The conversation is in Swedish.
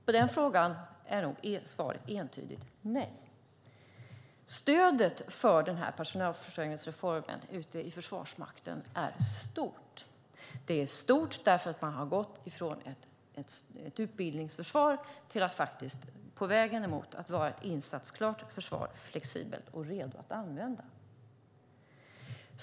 På den frågan är nog svaret ett entydigt nej. Stödet för den här personalförsörjningsreformen ute i Försvarsmakten är stort. Det är stort därför att man har gått från ett utbildningsförsvar till att slå in på vägen mot att vara ett insatsklart försvar flexibelt och redo att användas.